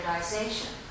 standardization